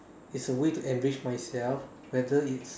is a way to enrich myself whether it's